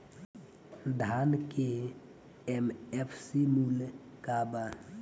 धान के एम.एफ.सी मूल्य का बा?